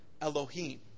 Elohim